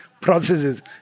processes